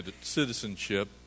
citizenship